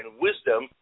wisdom